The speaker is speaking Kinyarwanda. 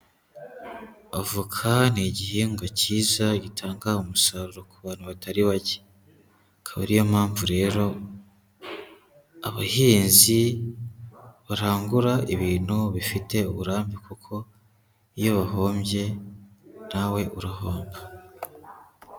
Avoka ni igihingwa cyiza gitanga umusaruro ku bantu batari bake, akaba ariyo mpamvu rero abahinzi barangura ibintu bifite uburambe kuko iyo bahombye nawe urahomba.